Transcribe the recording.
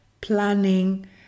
planning